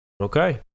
Okay